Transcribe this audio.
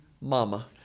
Mama